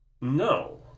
No